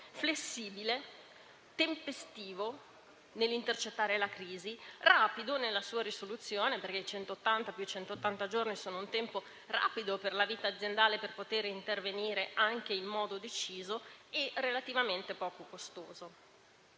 flessibile e tempestivo nell'intercettare la crisi, rapido nella sua risoluzione perché centottanta più centottanta giorni sono un tempo rapido nella vita aziendale per poter intervenire anche in modo deciso e relativamente poco costoso.